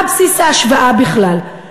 מה בסיס ההשוואה בכלל?